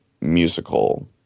musical